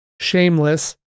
Shameless